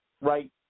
Right